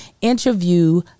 interview